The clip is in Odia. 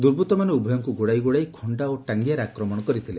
ଦୁର୍ବୃଉମାନେ ଉଭୟଙ୍କୁ ଗୋଡାଇ ଗୋଡାଇ ଖଣ୍ତା ଓ ଟାଙିଆରେ ଆକ୍ରମଣ କରିଥିଲେ